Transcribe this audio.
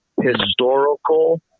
historical